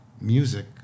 music